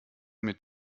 mit